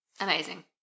amazing